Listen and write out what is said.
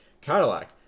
Cadillac